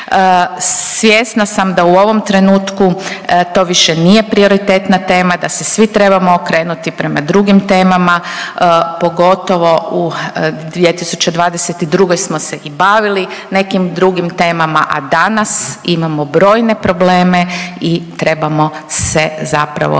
Svjesna sam da u ovom trenutku to više nije prioritetna tema, da se svi trebamo okrenuti prema drugim temama pogotovo u 2022. smo se i bavili nekim drugim temama, a danas imamo brojne probleme i trebamo se zapravo